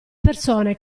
persone